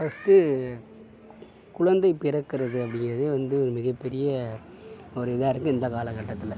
first குழந்தை பிறக்கிறது அப்டிங்கிறதே மிகப்பெரிய ஒரு இதாக இருக்குது இந்த காலகட்டத்துல